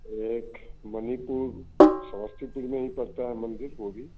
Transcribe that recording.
एक मणिपुर समस्तीपुर में ही पड़ता है मंदिर वह भी